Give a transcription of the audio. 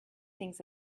things